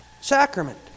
sacrament